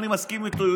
לפי דבריו,